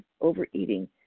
overeating